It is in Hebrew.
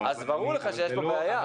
אז ברור לך שיש פה בעיה.